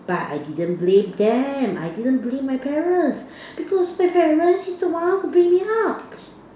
but I didn't believe them I didn't believe my parents because my parents are the one who bring me up